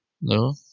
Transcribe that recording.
no